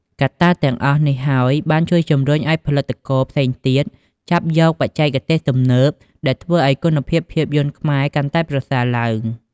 កត្តាទាំងអស់នេះហើយ បានជួយជំរុញឱ្យផលិតករផ្សេងទៀតចាប់យកបច្ចេកទេសទំនើប ដែលធ្វើឱ្យគុណភាពភាពយន្តខ្មែរកាន់តែប្រសើរឡើង។